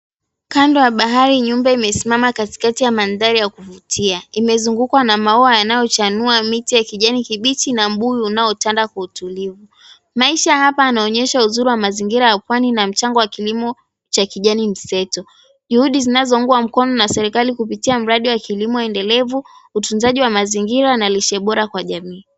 Kando ya bahari nyumba imesimama katikati ya mandhari ya kuvutia. Imezungukwa na maua yanayochanua miti ya kijani kibichi na mbuyu unaotanda kwa utulivu. Maisha hapa yanaonyesha uzuri wa mazingira ya pwani na mchanga wa kilimo cha kijani mseto. Juhudi zinazoungwa mkono na serikali kupitia mradi wa kilimo endelevu, utunzaji wa mazingira na lishe bora kwa jamii.